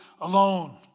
alone